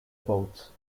boats